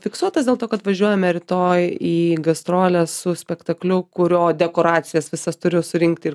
fiksuotas dėl to kad važiuojame rytoj į gastroles su spektakliu kurio dekoracijas visas turiu surinkti ir